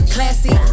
Classy